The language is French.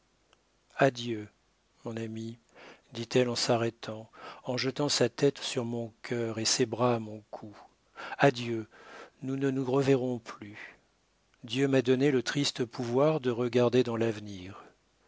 adieu mon ami dit-elle en s'arrêtant en jetant sa tête sur mon cœur et ses bras à mon cou adieu nous ne nous verrons plus dieu m'a donné le triste pouvoir de regarder dans l'avenir